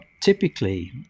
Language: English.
typically